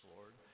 Lord